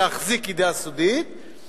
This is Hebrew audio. להחזיק ידיעה סודית,